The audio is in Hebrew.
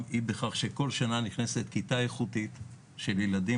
היא בכך שכל שנה נכנסת כיתה איכותית של ילדים,